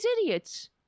idiots